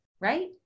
right